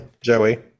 Joey